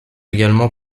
également